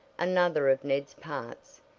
another of ned's parts,